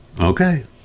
Okay